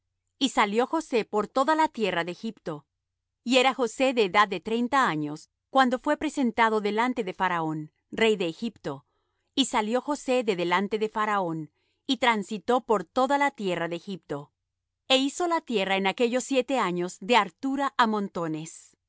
y salió josé por toda la tierra de egipto y era josé de edad de treinta años cuando fué presentado delante de faraón rey de egipto y salió josé de delante de faraón y transitó por toda la tierra de egipto e hizo la tierra en aquellos siete años de hartura á montones